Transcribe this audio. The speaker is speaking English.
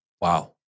Wow